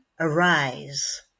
Arise